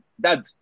Dad